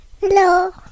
Hello